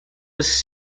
was